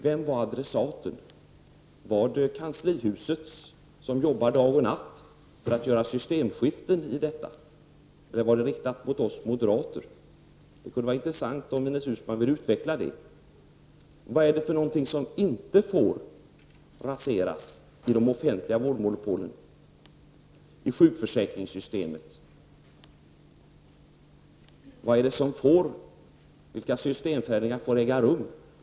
Vem var adressaten? Var det kanlishuset, som jobbar dag och natt för att åstadkomma systemskifte, eller var det riktat mot oss moderater? Det kunde vara intressant om Ines Uusmann ville utveckla det. Vad är det som inte får reaseras i de offentliga vårdmonopolen, i sjukförsäkringssystemet? Vilka systemförändringar får äga rum?